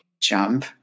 jump